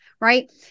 Right